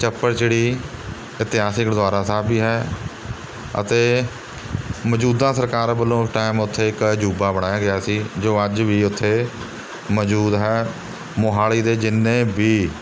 ਚੱਪੜਚਿੜੀ ਇਤਿਹਾਸਿਕ ਗੁਰਦੁਆਰਾ ਸਾਹਿਬ ਵੀ ਹੈ ਅਤੇ ਮੌਜੂਦਾ ਸਰਕਾਰ ਵੱਲੋਂ ਉਸ ਟਾਈਮ ਉੱਥੇ ਇੱਕ ਅਜੂਬਾ ਬਣਾਇਆ ਗਿਆ ਸੀ ਜੋ ਅੱਜ ਵੀ ਉੱਥੇ ਮੌਜੂਦ ਹੈ ਮੋਹਾਲੀ ਦੇ ਜਿੰਨੇ ਵੀ